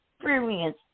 experience